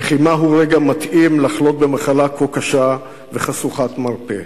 וכי מהו רגע מתאים לחלות במחלה כה קשה וחשוכת מרפא,